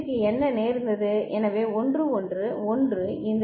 So 1 1 1 this output is 1 AND gate and this is 0 so this is 0